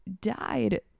died